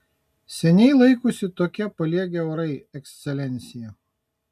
seniai laikosi tokie paliegę orai ekscelencija